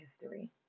history